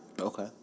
Okay